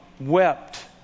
wept